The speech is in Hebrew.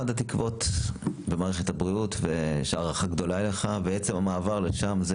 אחד התקוות במערכת הבריאות ויש לי הערכה גדולה אליך ועצם המעבר לשם,